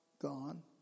gone